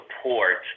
support